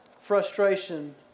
frustration